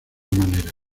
maneras